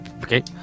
Okay